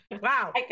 wow